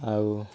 ଆଉ